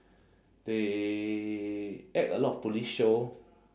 they act a lot of police show